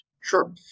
Sure